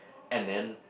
and then